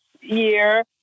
year